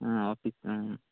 ആ ഓക്കേ